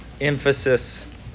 emphasis